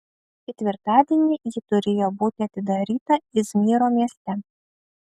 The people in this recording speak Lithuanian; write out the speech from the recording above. ketvirtadienį ji turėjo būti atidaryta izmyro mieste